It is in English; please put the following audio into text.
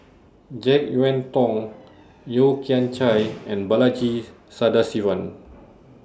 Jek Yeun Thong Yeo Kian Chai and Balaji Sadasivan